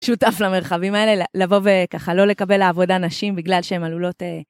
שותף למרחבים האלה, לבוא וככה, לא לקבל לעבודה נשים בגלל שהן עלולות...